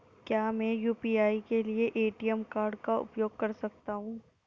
क्या मैं यू.पी.आई के लिए ए.टी.एम कार्ड का उपयोग कर सकता हूँ?